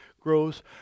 grows